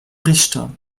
richter